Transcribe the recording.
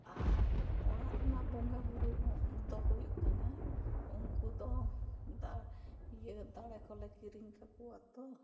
ᱟᱨ ᱚᱲᱟᱜ ᱨᱮᱱᱟᱜ ᱵᱚᱸᱜᱟ ᱵᱳᱨᱳ ᱦᱚᱸ ᱫᱚ ᱦᱩᱭᱩᱜ ᱠᱟᱱᱟ ᱩᱱᱠᱩ ᱫᱚ ᱫᱟᱜ ᱫᱟᱲᱮ ᱠᱚᱞᱮ ᱠᱤᱨᱤᱧ ᱠᱟᱠᱚᱣᱟ ᱛᱚ